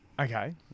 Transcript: Okay